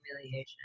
humiliation